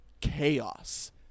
chaos